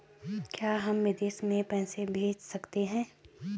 क्या हम विदेश में पैसे भेज सकते हैं?